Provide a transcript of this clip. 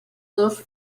dos